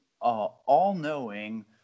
all-knowing